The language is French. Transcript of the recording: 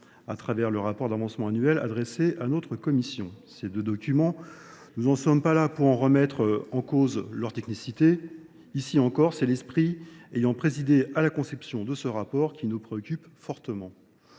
à travers le rapport d'avancement annuel adressé à notre Commission. Ces deux documents Nous n'en sommes pas là pour en remettre en cause leur technicité. Ici encore, c'est l'esprit ayant présidé à la conception de ce rapport qui nous préoccupe fortement.